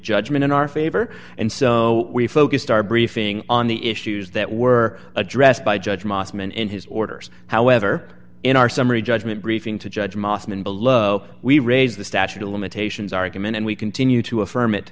judgment in our favor and so we focused our briefing on the issues that were addressed by judge mosman in his orders however in our summary judgment briefing to judge mosman below we raised the statute of limitations argument and we continue to affirm it